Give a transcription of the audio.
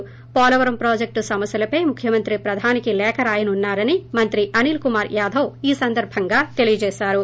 వోలవరం ప్రాజెక్లు సమస్యలపై ముఖ్యమంత్రి ప్రధానికి లేఖ రాయనున్నా రని మంత్రి అనిల్ కుమార్ యాదవ్ ఈ సందర్భంగా తెలియజేశారు